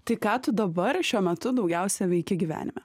tai ką tu dabar šiuo metu daugiausia veiki gyvenime